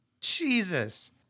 Jesus